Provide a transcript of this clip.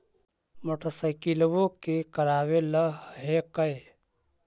मोटरसाइकिलवो के करावे ल हेकै?